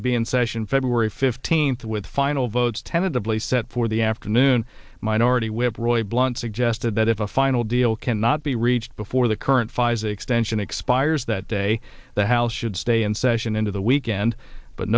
to be in session february fifteenth with final votes tended to play set for the afternoon minority whip roy blunt suggested that if a final deal cannot be reached before the current phase extension expires that day the house should stay in session into the weekend but